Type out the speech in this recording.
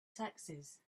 taxes